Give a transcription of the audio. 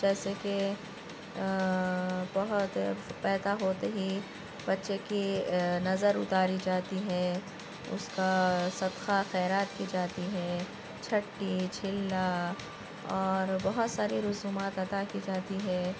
جیسے کہ بہت پیدا ہوتے ہی بچے کی نظر اتاری جاتی ہے اُس کا صدقہ خیرات کی جاتی ہے چھٹی چلا اور بہت سارے رسومات ادا کی جاتی ہے